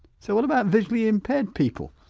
so, what about visually impaired people?